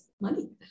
money